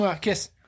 Kiss